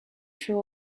sure